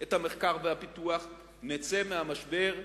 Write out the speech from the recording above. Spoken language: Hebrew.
את המחקר והפיתוח, נצא מהמשבר בריאים,